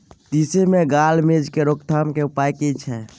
तिसी मे गाल मिज़ के रोकथाम के उपाय की छै?